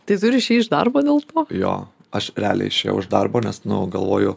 tai tu išėjai iš darbo dėl to jo aš realiai išėjau iš darbo nes nu galvoju